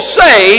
say